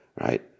right